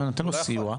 נותן לו סיוע,